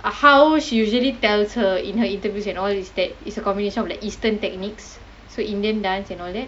how she usually tells her in her interviews and all is that it's a combination of the eastern techniques so indian dance and all that